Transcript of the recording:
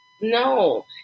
no